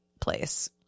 place